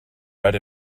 red